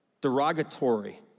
derogatory